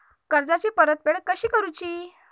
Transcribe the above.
कर्जाची परतफेड कशी करुची?